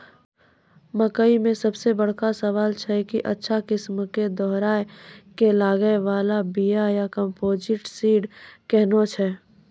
मकई मे सबसे बड़का सवाल छैय कि अच्छा किस्म के दोहराय के लागे वाला बिया या कम्पोजिट सीड कैहनो छैय?